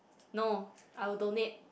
no I will donate